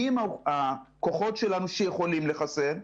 מיהם הכוחות שלנו שיכולים לחסן,